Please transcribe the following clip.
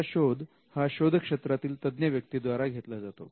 असा शोध हा शोध क्षेत्रातील तज्ञ व्यक्ति द्वारा घेतला जातो